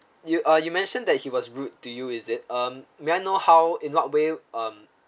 you uh you mentioned that he was rude to you is it um may I know how in what way um